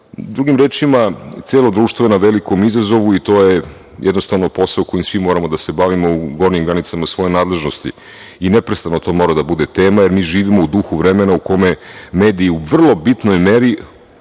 rečima, celio društvo je na velikom izazovu i to je jednostavno posao kojim svim moramo da se bavimo u gornjim granicama svoje nadležnosti. Neprestano to mora da bude tema, jer mi živimo u duhu vremena u kome mediji u vrlo bitnoj meri,